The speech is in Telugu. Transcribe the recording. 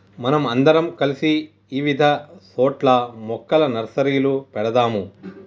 మనం అందరం కలిసి ఇవిధ సోట్ల మొక్కల నర్సరీలు పెడదాము